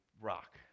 rock